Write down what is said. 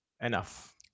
Enough